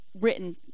written